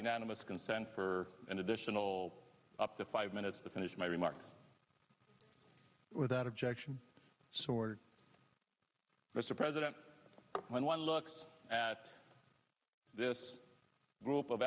unanimous consent for an additional up to five minutes to finish my remarks without objection so we're mr president when one looks at this group of